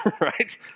right